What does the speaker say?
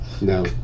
No